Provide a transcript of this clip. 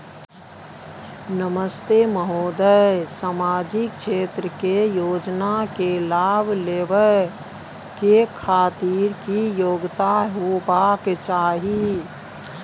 नमस्ते महोदय, सामाजिक क्षेत्र के योजना के लाभ लेबै के खातिर की योग्यता होबाक चाही?